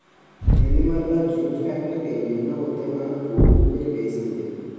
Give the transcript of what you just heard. Nellimarla jute factory ఎన్నో ఉద్యమాలకు ఊపిరివేసింది